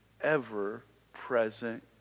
ever-present